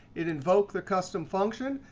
it invoked the custom function,